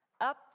Up